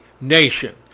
nation